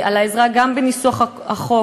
על העזרה גם בניסוח החוק,